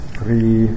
three